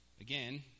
again